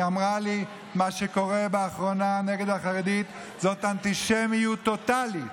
היא אמרה לי: מה שקורה באחרונה נגד החרדים זאת אנטישמיות טוטלית.